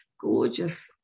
gorgeous